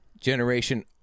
Generation